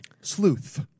Sleuth